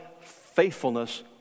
faithfulness